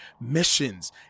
missions